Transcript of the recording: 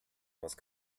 most